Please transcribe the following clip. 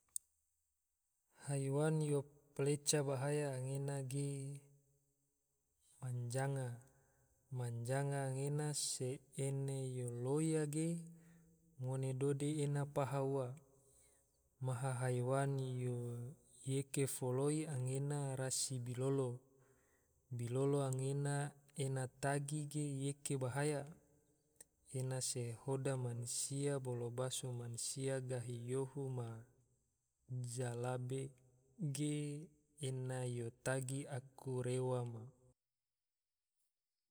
Haiwan yo paleca bahaya gena ge, manjanga, manjanga gena se ene yo loya ge, ngone dode ena paha ua, maha haiwan yo yeke foloi anggena rasi bilolo, bilolo anggena ena tagi ge yeke bahaya, ena se hoda mansia bolo baso mansia gahi yohu ma jalabe ge, ena yo tagi aku rewa ma